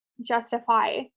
justify